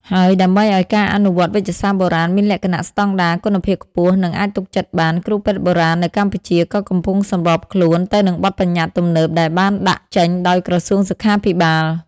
ហើយដើម្បីឱ្យការអនុវត្តវេជ្ជសាស្ត្របុរាណមានលក្ខណៈស្តង់ដារ គុណភាពខ្ពស់ និងអាចទុកចិត្តបាន គ្រូពេទ្យបុរាណនៅកម្ពុជាក៏កំពុងសម្របខ្លួនទៅនឹងបទប្បញ្ញត្តិទំនើបដែលបានដាក់ចេញដោយក្រសួងសុខាភិបាល។